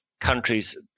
countries